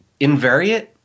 Invariant